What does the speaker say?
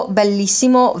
bellissimo